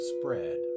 spread